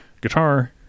guitar